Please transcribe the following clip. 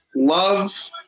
Love